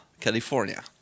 California